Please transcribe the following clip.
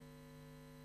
שהוגשה?